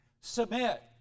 Submit